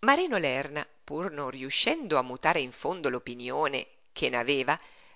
marino lerna pur non riuscendo a mutare in fondo l'opinione che n'aveva